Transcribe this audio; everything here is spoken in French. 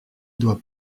doit